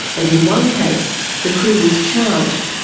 and in one case the crew was charged,